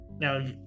Now